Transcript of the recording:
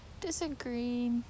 Disagree